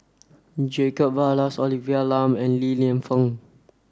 Jacob Ballas Olivia Lum and Li Lienfung